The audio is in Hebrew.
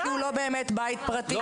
כי הוא לא באמת בית פרטי.